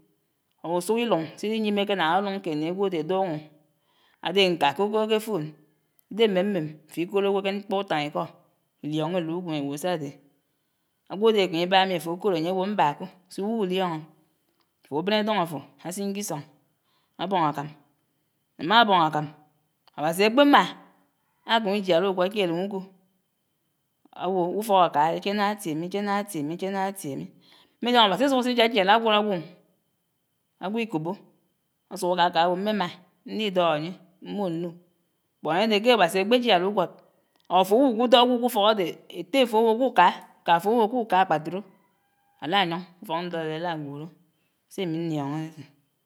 Or usuk iluñ silíyíméké ná áluluñ kéd né ágwodé áduñò, ádé ñká ákòkòd ké fòn, idéhé mmémém áf'íkòd ágwo ké mkpó utáñíkó ílíóñó éluwém ágwo sádé ágwodé ákém'íbá mi áfòkòd ányé áwò mbá kò so uwulíóñó, áfobén édoñ afò ásin kísóñ ábóñ ákám, ámá ábóñ ákám Áwási ákpémá ákém'ijiárá ugwód k'élém ukò, áwo ufók ákáhádé ché ná átiémi, ché ná átiémi, ché ná átiemi. Mélióñó Áwási ásuk ásé jiájiálá ágwód ágwoñ, ágwo íkòbò, ásuk ákáká áwo mmémá nnidóhó ányé mmòò nnu, bót ányédé ké Áwási ákpéjiárá ugwód or áfo wuku dó ágwo k'ufók ádé, éttéfò áwo kuká, ékáfò áwo kuká, ákpáturò áláyóñ, ufók ndó ádé álá gulò, sé ámi nnióñó